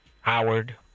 Howard